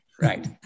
Right